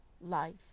Life